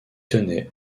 tenait